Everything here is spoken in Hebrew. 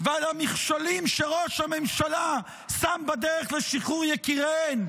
ועל המכשולים שראש הממשלה שם בדרך לשחרור יקיריהן,